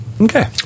Okay